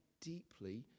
deeply